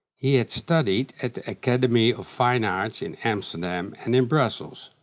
he had studied at the academy of fine arts in amsterdam and in brussels.